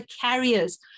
carriers